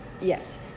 yes